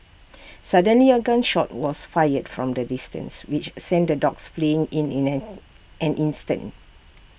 suddenly A gun shot was fired from A distance which sent the dogs fleeing in in an an instant